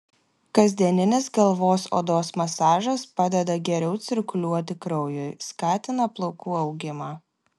kasdieninis galvos odos masažas padeda geriau cirkuliuoti kraujui skatina plaukų augimą